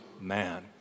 man